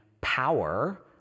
power